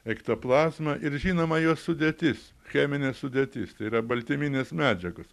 ektoplazma ir žinoma jos sudėtis cheminė sudėtis tai yra baltyminės medžiagos